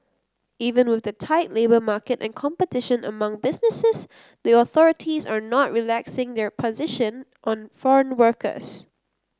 even with the tight labour market and competition among businesses the authorities are not relaxing their position on foreign workers